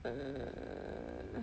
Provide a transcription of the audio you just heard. um